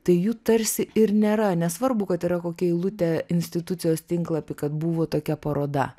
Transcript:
tai jų tarsi ir nėra nesvarbu kad yra kokia eilutė institucijos tinklapy kad buvo tokia paroda